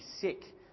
sick